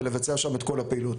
ולבצע שם את כל הפעילות.